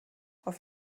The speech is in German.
auf